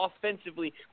offensively